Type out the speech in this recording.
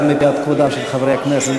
גם מפאת כבודם של חברי הכנסת.